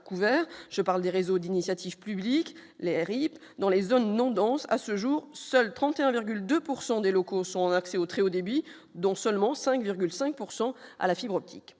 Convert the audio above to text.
je parle des réseaux d'initiative publique les RIP dans les zones non denses à ce jour, seuls 31,2 pourcent des locaux sont accès au très haut débit dont seulement 5,5 pourcent à la fibre optique